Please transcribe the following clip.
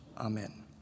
amen